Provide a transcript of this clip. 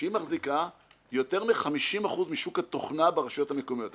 שהיא מחזיקה יותר מ-50% משוק התוכנה ברשויות המקומיות.